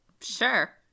Sure